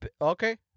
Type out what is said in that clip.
Okay